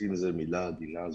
גוססים זאת מילה עדינה.